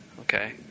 okay